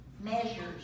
Measures